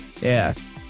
Yes